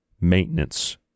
maintenance